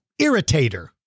Irritator